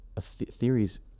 Theories